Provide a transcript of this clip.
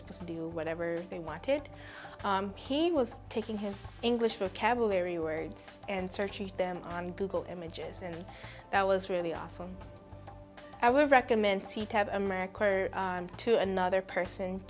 supposed to do whatever they wanted he was taking his english vocabulary words and searching them on google images and that was really awesome i would recommend america to another person